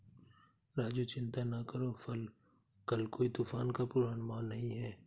राजू चिंता ना करो कल कोई तूफान का पूर्वानुमान नहीं है